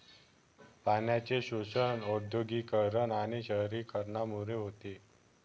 पाण्याचे शोषण औद्योगिकीकरण आणि शहरीकरणामुळे होते